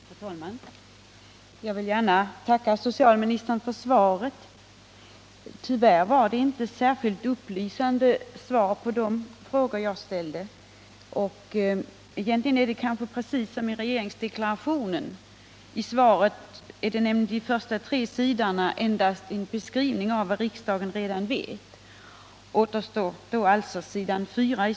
Herr talman! Jag vill gärna tacka socialministern för svaret. Tyvärr var det inte något särskilt upplysande svar jag fick på de frågor jag ställt. Egentligen är det precis som i regeringsdeklarationen. De första tre sidorna i svaret är nämligen endast en beskrivning av vad riksdagen redan vet — återstår alltså s. 4.